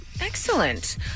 Excellent